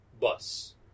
bus